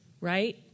right